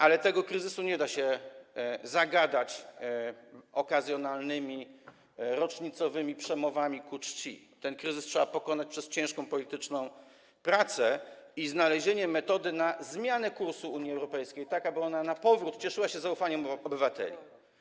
Ale tego kryzysu nie da się zagadać okazjonalnymi, rocznicowymi przemowami ku czci, ten kryzys trzeba pokonać przez ciężką polityczną pracę i znalezienie metody na zmianę kursu Unii Europejskiej, tak aby ona na powrót cieszyła się zaufaniem obywateli.